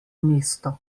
mesto